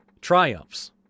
triumphs